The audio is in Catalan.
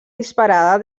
disparada